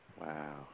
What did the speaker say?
Wow